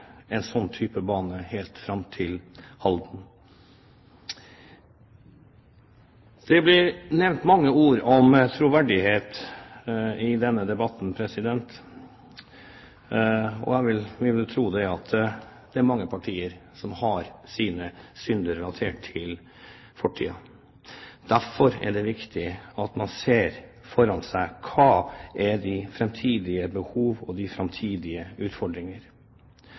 en sånn type bane helt fram til Halden. Det er blitt nevnt mye om troverdighet i denne debatten, og jeg vil tro at det er mange partier som har sine synder relatert til fortiden. Derfor er det viktig at man ser for seg hva som er de framtidige behov og de framtidige utfordringer.